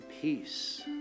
peace